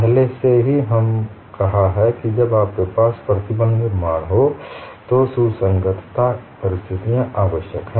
पहले से ही कहा कि जब आपके पास प्रतिबल निर्माण हो तो सुसंगतता परिस्थितियाँ आवश्यक हैं